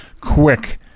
quick